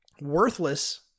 worthless